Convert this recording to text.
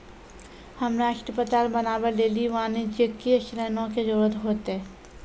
हमरा अस्पताल बनाबै लेली वाणिज्यिक ऋणो के जरूरत होतै